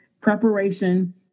preparation